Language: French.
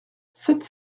sept